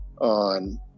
on